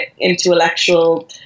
intellectual